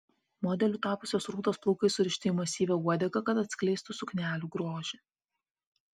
modeliu tapusios rūtos plaukai surišti į masyvią uodegą kad atskleistų suknelių grožį